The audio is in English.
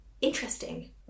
Interesting